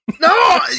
No